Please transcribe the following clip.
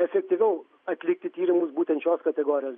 efektyviau atlikti tyrimus būtent šios kategorijos